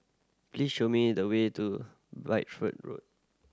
please show me the way to Bideford Road